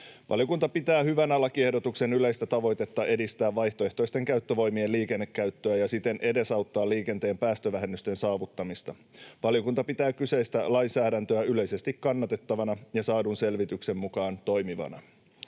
Valiokunta pitää hyvänä lakiehdotuksen yleistä tavoitetta edistää vaihtoehtoisten käyttövoimien liikennekäyttöä ja siten edesauttaa liikenteen päästövähennysten saavuttamista. Valiokunta pitää kyseistä lainsäädäntöä yleisesti kannatettavana ja saadun selvityksen mukaan toimivana.